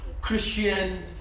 Christian